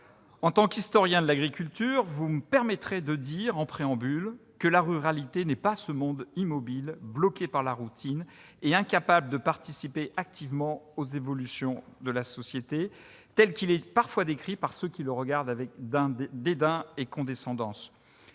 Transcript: en tant qu'historien de l'agriculture, que la ruralité n'est pas ce monde immobile, bloqué par la routine et incapable de participer activement aux évolutions de la société parfois décrit par ceux qui le regardent avec dédain et condescendance.